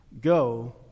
Go